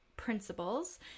principles